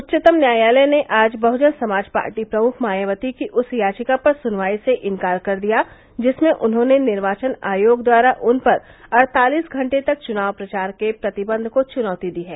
उच्चतम न्यायालय ने आज बहजन समाज पार्टी प्रमुख मायावती की उस याचिका पर सुनवाई से इन्कार कर दिया जिसमें उन्होंने निर्वाचन आयोग द्वारा उन पर अड़तालिस घंटे तक चुनाव प्रचार के प्रतिबंध को चुनौती दी है